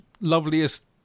loveliest